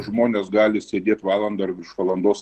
žmonės gali sėdėt valandą ar virš valandos